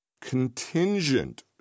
contingent